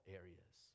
areas